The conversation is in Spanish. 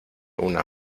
una